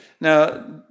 Now